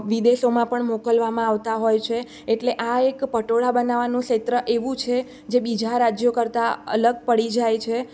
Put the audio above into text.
વિદેશોમાં પણ મોકલવામાં આવતા હોય છે એટલે આ એક પટોળા બનાવવાનું ક્ષેત્ર એવું છે જે બીજા રાજ્યો કરતાં અલગ પડી જાય છે